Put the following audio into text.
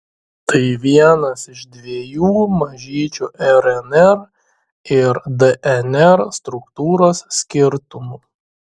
tai vienas iš dviejų mažyčių rnr ir dnr struktūros skirtumų